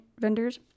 vendors